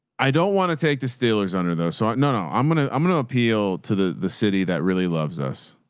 i don't want to take the steelers under those. so no, no i'm going to, i'm going to appeal to the, the city that really loves us.